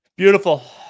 Beautiful